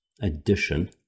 addition